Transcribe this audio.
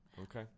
Okay